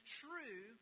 true